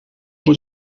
moet